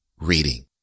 reading